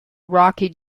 rocky